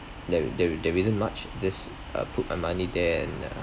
there there there isn't much this uh put the money there and